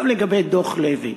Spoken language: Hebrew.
לגבי דוח לוי,